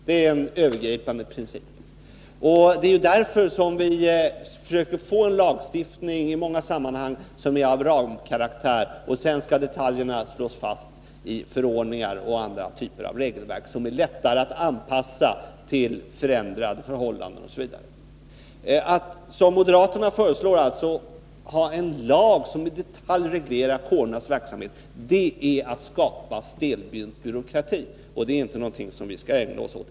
Det är en övergripande princip. Därför försöker vi i många sammanhang få en lagstiftning av ramkaraktär, och sedan skall detaljerna slås fast i förordningar och andra typer av regelverk som är lättare att anpassa till ändrade förhållanden osv. Att, som moderaterna föreslår, ha en lag som i detalj reglerar kårernas verksamhet är att skapa en stelbent byråkrati, och det skall vi inte ägna oss åt.